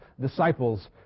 disciples